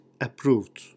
approved